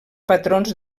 patrons